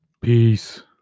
Peace